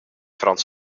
frans